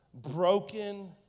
broken